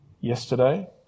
yesterday